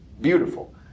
Beautiful